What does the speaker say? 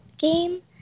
game